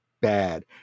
bad